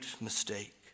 mistake